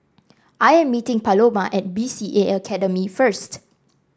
I am meeting Paloma at B C A Academy first